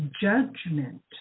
judgment